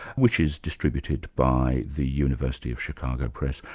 which is distributed by the university of chicago press.